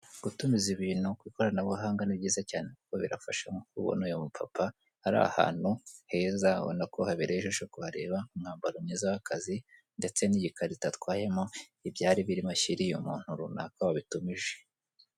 Gutumiza ibintu ku ikoranabuhanga ni byiza cyane kuko birafasha nk'uko ubona uyu mu papa ari ahantu heza ubona ko habereye ijisho kuhareba, umwambaro mwiza w'akazi ndetse n'igikarita atwayemo ibyari birimo ashyiriye umuntu runaka wabitumije.